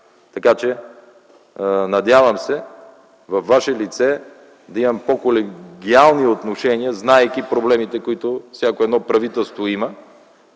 правилно. Надявам се във Ваше лице да имам по-колегиални отношения, знаейки проблемите, които всяко едно правителство има.